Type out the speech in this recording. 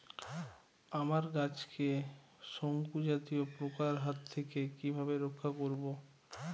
আমার গাছকে শঙ্কু জাতীয় পোকার হাত থেকে কিভাবে রক্ষা করব?